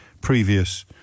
previous